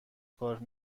کار